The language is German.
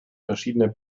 verschiedener